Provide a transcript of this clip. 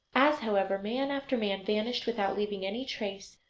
as, however, man after man vanished without leaving any trace,